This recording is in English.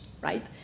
right